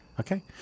Okay